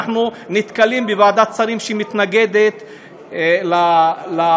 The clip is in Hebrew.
אנחנו נתקלים בוועדת שרים שמתנגדת לחוקים,